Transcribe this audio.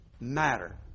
matter